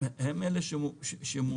הן אלה שמובילות.